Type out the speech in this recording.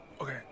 Okay